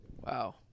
Wow